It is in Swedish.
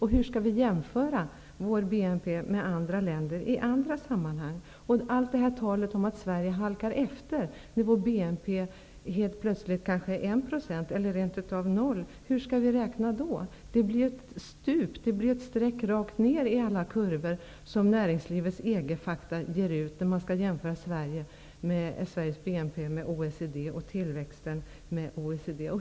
Hur skall vi jämföra vår BNP med andra länder i andra sammanhang? Med allt tal om att Sverige halkar efter, hur skall vi räkna om vår BNP kanske helt plötsligt är 1 % eller rent av 0 %? Det blir ju ett stup, ett sträck rakt ned, i alla kurvor som Näringslivets EG-fakta ger ut, om Sveriges BNP och tillväxt skall jämföras med OECD:s.